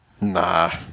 Nah